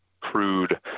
crude